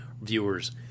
viewers